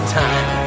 time